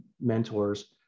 mentors